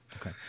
Okay